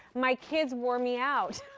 my kids wore me out.